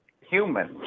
human